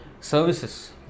services